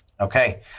Okay